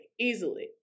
easily